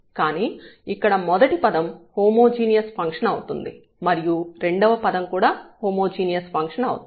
కానీ ఇక్కడ మొదటి పదం హోమోజీనియస్ ఫంక్షన్ అవుతుంది మరియు రెండవ పదం కూడా హోమోజీనియస్ ఫంక్షన్ అవుతుంది